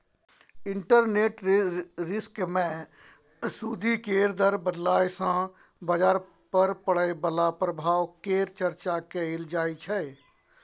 interest rate risk मे सूदि केर दर बदलय सँ बजार पर पड़य बला प्रभाव केर चर्चा कएल जाइ छै